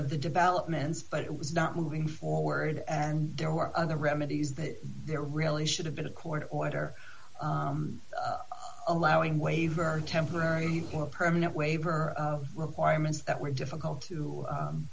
of the developments but it was not moving forward and there were other remedies that there really should have been a court order allowing waiver temporary or permanent waive her requirements that were difficult to